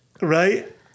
Right